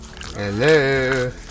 Hello